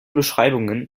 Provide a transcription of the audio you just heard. beschreibungen